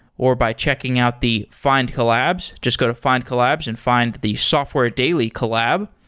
or by checking out the findcollabs. just go to findcollabs and find the software daily collab.